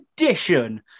edition